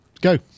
Go